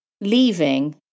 leaving